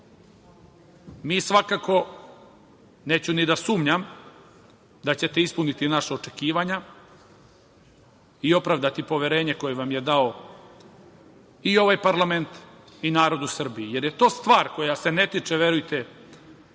Srbiji. Svakako, neću ni da sumnjam, da ćete ispuniti naša očekivanja i opravdati poverenje koje vam je dao i ovaj parlament i narod u Srbiji, jer je to stvar koja se ne tiče verujte